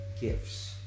gifts